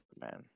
man